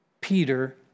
Peter